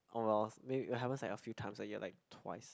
oh wells mayb~ it happens like a few times a year like twice